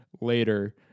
later